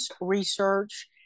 research